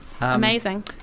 amazing